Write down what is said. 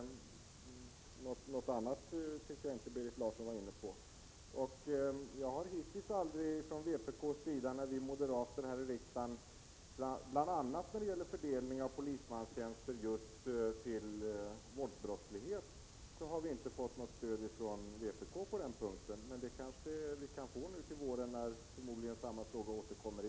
Något annat tycker jag inte att Berit Larsson var inne på. När vi moderater här i riksdagen har talat för bl.a. en bättre fördelning av polismanstjänster för bekämpande av våldsbrottsligheten, har vi hittills aldrig fått något stöd från vpk, men det kanske vi kan få nu till våren, när förmodligen samma frågor återkommer.